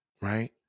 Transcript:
right